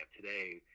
today